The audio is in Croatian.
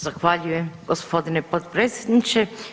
Zahvaljujem gospodine potpredsjedniče.